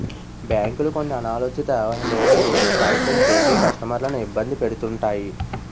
బ్యాంకులు కొన్ని అనాలోచిత లోనులు శాంక్షన్ చేసి కస్టమర్లను ఇబ్బంది పెడుతుంటాయి